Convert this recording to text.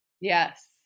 Yes